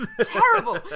terrible